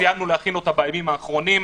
סיימנו להכין אותה בימים האחרונים.